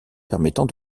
permettant